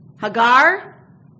Hagar